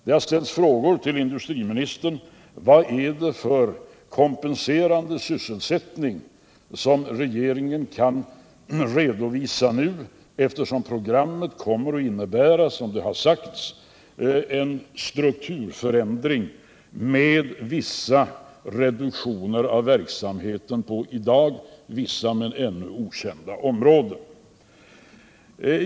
Industriministern har fått frågan vad det är för kompenserande sysselsättning som regeringen kan redovisa, eftersom programmet — som det har sagts — kommer att innebära strukturförändringar med reduktioner av verksamheten på vissa men i dag ännu okända områden.